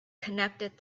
connected